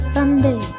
Sunday